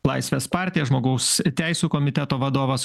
laisvės partija žmogaus teisių komiteto vadovas